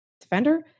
defender